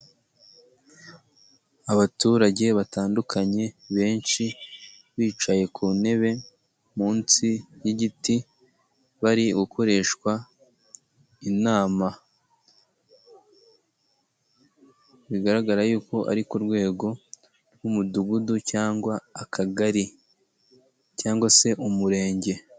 Abaturage batandukanye benshi, bicaye ku ntebe, munsi y'igiti, bari gukoreshwa inama, bigaragara yuko ari ku rwego rw'umudugudu cyangwa akagari, cyangwa se umurenge.